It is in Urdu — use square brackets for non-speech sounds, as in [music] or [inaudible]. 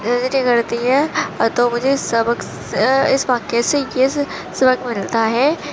[unintelligible] نہیں کرتی ہے تو مجھے سبق اس واقعے سے یہ سبق ملتا ہے